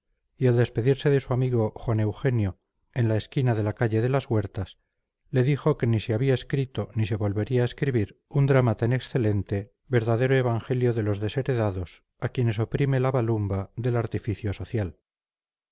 y al despedirse de su amigo juan eugenio en la esquina de la calle de las huertas le dijo que ni se había escrito ni se volvería a escribir un drama tan excelente verdadero evangelio de los desheredados a quienes oprime la balumba del artificio social